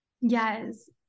Yes